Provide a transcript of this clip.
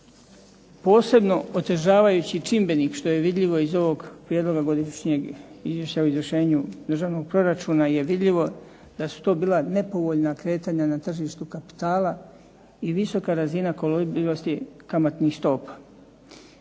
posebno otežavajući čimbenik što je vidljivo iz ovog Prijedloga godišnjeg izvješća o izvršenju državnog proračuna je vidljivo da su to bila nepovoljna kretanja na tržištu kapitala i visoka razina kolabilnosti kamatnih stopa.